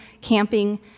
camping